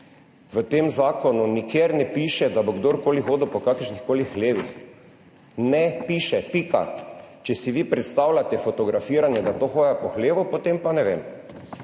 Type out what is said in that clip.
V tem zakonu nikjer ne piše, da bo kdorkoli hodil po kakršnihkoli hlevih. Ne piše, pika. Če si vi predstavljate fotografiranje, da to hoja po hlevu, potem pa ne vem.